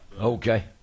Okay